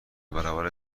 برابر